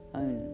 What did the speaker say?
own